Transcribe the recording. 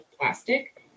plastic